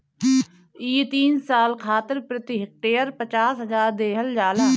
इ तीन साल खातिर प्रति हेक्टेयर पचास हजार देहल जाला